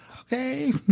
okay